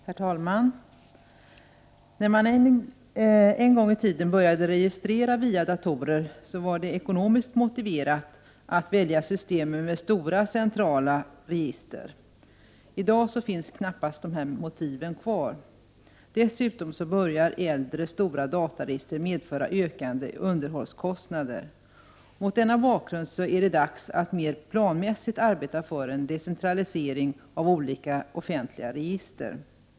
Herr talman! När man en gång började registrera människor via datorer 6 april 1989 var det ekonomiskt motiverat att välja system med stora centrala register. I dag finns knappast dessa motiv längre. Dessutom börjar äldre stora dataregister medföra ökande underhållskostnader. Mot denna bakgrund är det nu dags att mer planmässigt arbeta för en decentralisering av olika offentliga register.